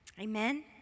Amen